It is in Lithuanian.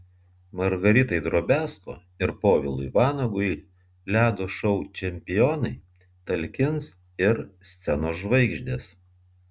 margaritai drobiazko ir povilui vanagui ledo šou čempionai talkins ir scenos žvaigždės